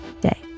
day